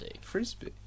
frisbee